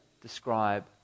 describe